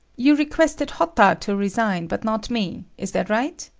you requested hotta to resign, but not me. is that right?